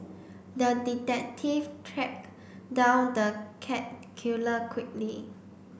the detective tracked down the cat killer quickly